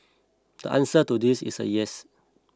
the answer to this is yes